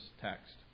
text